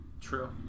True